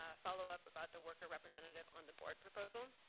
ah follow-up about the worker representative on the board proposal.